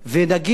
ונגיד